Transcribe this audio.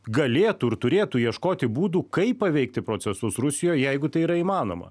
galėtų ir turėtų ieškoti būdų kaip paveikti procesus rusijoj jeigu tai yra įmanoma